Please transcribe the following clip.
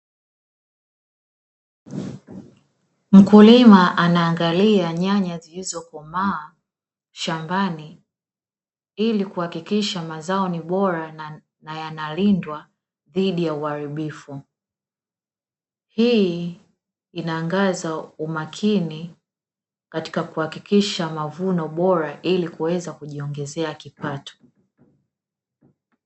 Mkulima anaangalia nyanya zilizokomaa shambani ili kuhakikisha mazao ni bora na na yanalindwa dhidi ya uharibifu, hii inaangaza umakini katika kuhakikisha mavuno bora ili kuweza kujiongezea kipato.